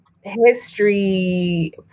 history